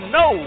no